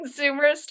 consumerist